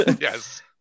yes